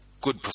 good